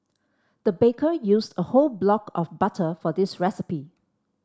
the baker used a whole block of butter for this recipe